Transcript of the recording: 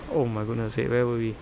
oh my goodness wait where were we